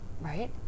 Right